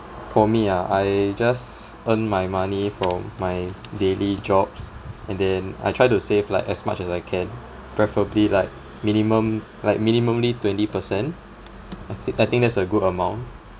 for me ah I just earn my money from my daily jobs and then I try to save like as much as I can preferably like minimum like minimally twenty per cent I th~ I think that's a good amount